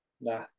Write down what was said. Nah